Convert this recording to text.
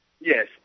Yes